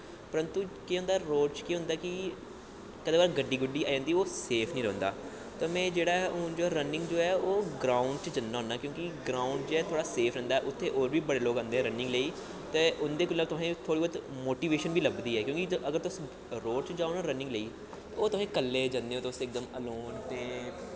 परंतु केह् होंदा रोड़ च केह् होंदा कि कदैं गड्डी गुड्डी आई जंदी ओह् सेफ नेईं रौंह्दा तां रनिंग जो ऐ ओह् में ग्राउंड़ च जन्ना होन्ना ऐं क्योंकि ग्राउंड़ जेह्ड़े सेफ रौंह्दा ऐ उत्थै होर बी बड़े लोग आंदे न रनिंग लेई ते उं'दे कोला दा तुसेंगी थोह्ड़ी बौह्ती मोटिवेशन बी लब्भदी क्योंकि अगर तुस रनिंग लेई रोड़ च जाओ ते तुस कल्ले जंदे ओ अलोन ते